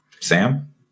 Sam